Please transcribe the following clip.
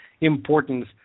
importance